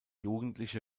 jugendliche